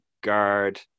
guard